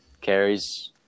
carries